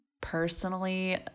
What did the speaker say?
personally